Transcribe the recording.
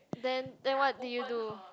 then then what did you do